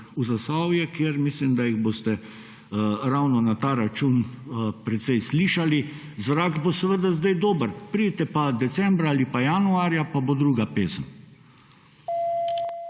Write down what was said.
v Zasavje, kjer mislim, da jih boste ravno na ta račun precej slišali. Zrak bo seveda zdaj dober, pridite pa decembra ali januarja, pa bo druga pesem.